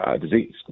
disease